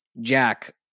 Jack